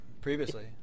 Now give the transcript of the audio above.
previously